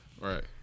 right